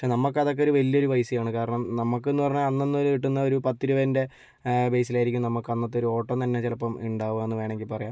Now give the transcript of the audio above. പക്ഷേ നമുക്കതൊക്കെ ഒരു വലിയൊരു പൈസയാണ് കാരണം നമുക്കെന്ന് പറഞ്ഞാൽ അന്നന്ന് കിട്ടുന്ന ഒരു പത്ത് രൂപേൻ്റെ ബേസിലായിരിക്കും നമുക്കന്നത്തെ ഒരോട്ടം തന്നെ ചിലപ്പോൾ ഉണ്ടാവുകയെന്ന് വേണമെങ്കിൽ പറയാം